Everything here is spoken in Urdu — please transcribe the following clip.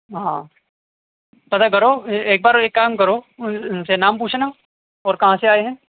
ہاں پتا کرو ایک بار ایک کام کرو ان سے نام پوچھنا اور کہاں سے آئے ہیں